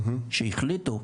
שהחליטו,